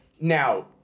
Now